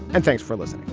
and thanks for lizanne